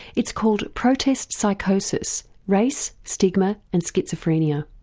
it's called protest psychosis race, stigma and schizophrenia.